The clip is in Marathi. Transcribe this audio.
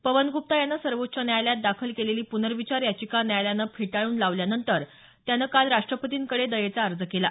पवन गुप्ता यानं सर्वोच्च न्यायालयात दाखल केलेली पुनर्विचार याचिका न्यायालयानं फेटाळून लावल्यानंतर त्यानंतर त्यानं काल राष्ट्रपतींकडे दयेचा अर्ज केला